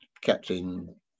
captain